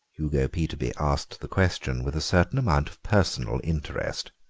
hugo peterby asked the question with a certain amount of personal interest.